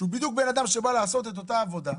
שהוא בדיוק אדם שבא לעשות את אותה עבודה,